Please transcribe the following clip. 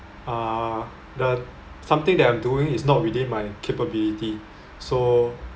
uh the something that I'm doing is not within my capability so